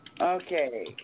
Okay